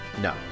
No